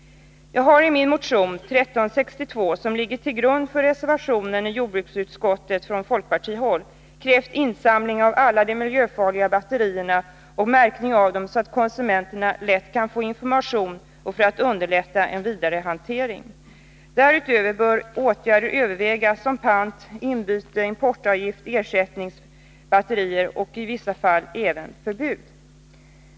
I motionen 1361, som ligger till grund för reservationen från folkpartihåll i jordbruksutskottet, krävs insamling av alla de miljöfarliga batterierna och märkning av dem, så att konsumenterna lätt kan få information och så att en vidarehantering underlättas. Därutöver bör även andra åtgärder övervägas, såsom införande av system när det gäller pant, inbyte och ersättningsbatterier, importavgifter och i vissa fall även förbud.